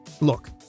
Look